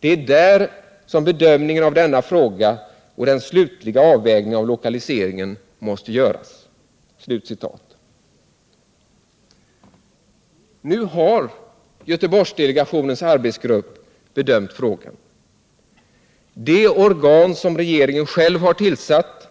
Det är där som bedömningen av denna fråga och den slutliga avvägningen av lokaliseringen måste göras.” Nu har Göteborgsdelegationens arbetsgrupp bedömt frågan. Det organ som regeringen själv har tillsatt